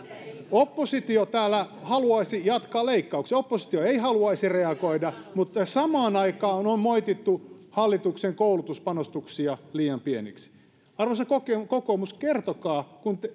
oppositio täällä haluaisi jatkaa leikkauksia oppositio ei haluaisi reagoida mutta samaan aikaan on on moitittu hallituksen koulutuspanostuksia liian pieniksi arvoisa kokoomus kokoomus kertokaa kun